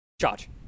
Charge